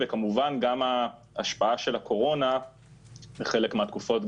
וכמובן גם ההשפעה של הקורונה בחלק מהתקופות,